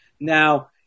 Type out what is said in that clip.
Now